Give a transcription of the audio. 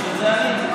בשביל זה עליתי.